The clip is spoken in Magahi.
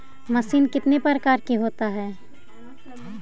मशीन कितने प्रकार का होता है?